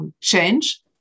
change